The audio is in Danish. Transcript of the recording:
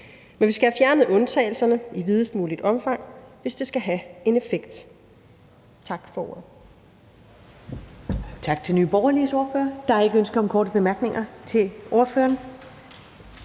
Men vi skal have fjernet undtagelserne i videst muligt omfang, hvis det skal have en effekt. Tak for ordet.